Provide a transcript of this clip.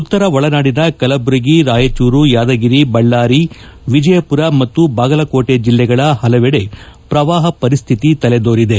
ಉತ್ತರ ಒಳನಾಡಿನ ಕಲಬುರಗಿ ರಾಯಚೂರು ಯಾದಗಿರಿ ಬಳ್ಳಾರಿ ವಿಜಯಪುರ ಮತ್ತು ಬಾಗಲಕೋಟೆ ಜಿಲ್ಲೆಗಳ ಪಲವೆಡೆ ಪ್ರವಾಹ ಪರಿಸ್ತಿತಿ ತಲೆದೋರಿದೆ